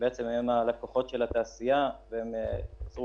שבעצם הם הלקוחות של התעשייה והם ייצרו